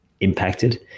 impacted